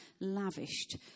lavished